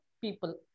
people